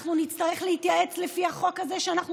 אנחנו נצטרך להתייעץ לפי החוק הזה שאנחנו